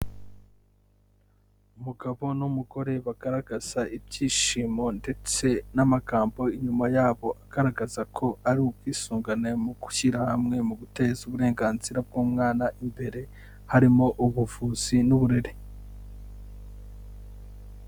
Umugabo n'umugore bagaragaza ibyishimo ndetse n'amagambo inyuma yabo agaragaza ko ari ubwisungane mu gushyira hamwe mu guteza uburenganzira bw'umwana imbere harimo ubuvuzi n'uburere.